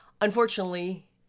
Unfortunately